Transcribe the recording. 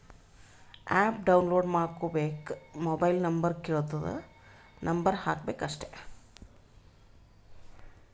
app download ಮಾಡ್ಕೋಬೇಕ್ mobile number ಕೆಳ್ತುದ್ number ಹಾಕಬೇಕ ಅಷ್ಟೇ